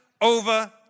over